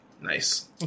Nice